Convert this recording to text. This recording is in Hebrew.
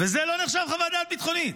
וזה לא נחשב חוות דעת ביטחונית,